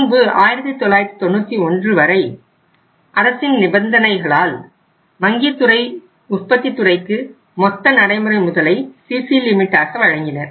முன்பு 1991 வரை அரசின் நிபந்தனைககளால் வங்கித்துறை உற்பத்தித் துறைக்கு மொத்த நடைமுறை முதலை சிசி லிமிட்டாக வழங்கினர்